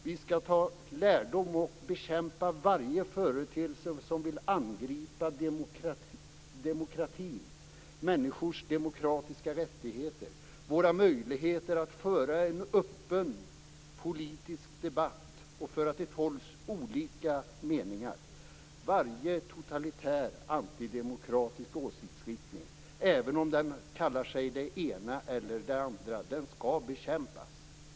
Vi skall ta lärdom och bekämpa varje företeelse som vill angripa demokratin, människors demokratiska rättigheter, våra möjligheter att föra en öppen politisk debatt och föra till torgs olika meningar. Varje totalitär, antidemokratisk åsiktsskiftning, även om den kallar sig det ena eller det andra, skall bekämpas.